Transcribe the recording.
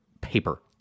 paper